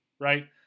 right